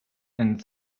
and